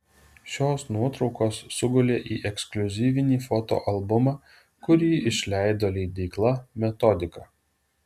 šios nuotraukos sugulė į ekskliuzyvinį fotoalbumą kurį išleido leidykla metodika